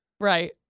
right